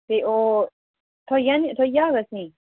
ते ओह् थ्होई जानी थ्होई जाह्ग असें